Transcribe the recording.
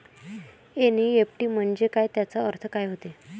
NEFT म्हंजे काय, त्याचा अर्थ काय होते?